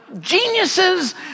Geniuses